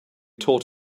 taught